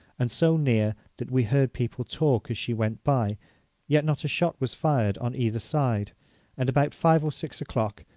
and so near, that we heard her people talk as she went by yet not a shot was fired on either side and about five or six o'clock,